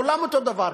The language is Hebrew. כולם אותו דבר,